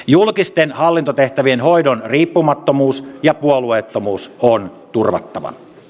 julkisten hallintotehtävien hoidon riippumattomuus ja puolueettomuus on turvattava